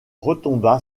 retomba